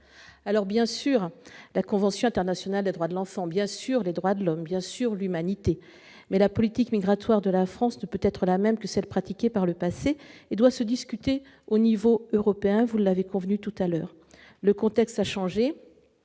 Bien sûr, la convention internationale relative aux droits de l'enfant existe, de même que les droits de l'homme et l'humanité, mais la politique migratoire de la France ne peut être la même que celle qui a été pratiquée par le passé et doit se discuter au niveau européen ; vous en avez convenu tout à l'heure. Le contexte a changé,